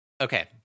okay